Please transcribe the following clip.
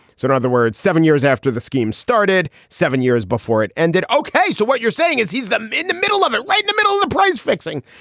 so in other words, seven years after the scheme started, seven years before it ended. ok, so what you're saying is he's not um in the middle of it, right in the middle of the price fixing?